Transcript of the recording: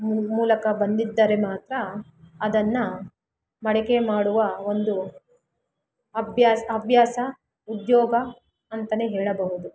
ಮೂಲಕ ಬಂದಿದ್ದರೆ ಮಾತ್ರ ಅದನ್ನು ಮಡಕೆ ಮಾಡುವ ಒಂದು ಅಭ್ಯಾಸ ಹವ್ಯಾಸ ಉದ್ಯೋಗ ಅಂತ ಹೇಳಬಹುದು